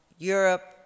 Europe